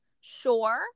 sure